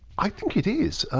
i think it is.